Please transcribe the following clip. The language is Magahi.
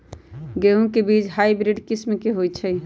गेंहू के बीज हाइब्रिड किस्म के होई छई?